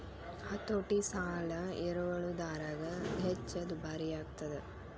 ಹತೋಟಿ ಸಾಲ ಎರವಲುದಾರಗ ಹೆಚ್ಚ ದುಬಾರಿಯಾಗ್ತದ